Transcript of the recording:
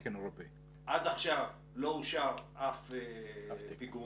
עד עכשיו לא אושר אף פיגום.